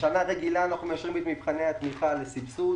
בשנה רגילה אנחנו מאשרים את מבחני התמיכה לסבסוד,